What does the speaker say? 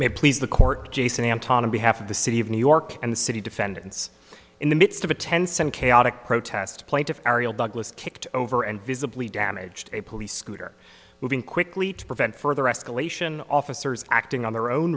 may please the court jason anton behalf of the city of new york and the city defendants in the midst of a tense and chaotic protest plaintiff ariel douglas kicked over and visibly damaged a police scooter moving quickly to prevent further escalation officers acting on their own